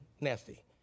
nasty